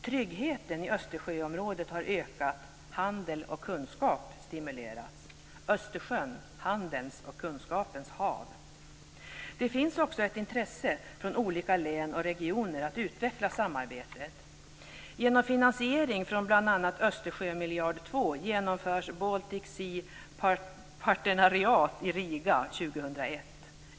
Tryggheten i Östersjöområdet har ökat, och handel och kunskap stimuleras. Östersjön - handelns och kunskapens hav! Det finns också ett intresse från olika län och regioner att utveckla samarbetet. genomförs Baltic Sea Parternariat i Riga 2001.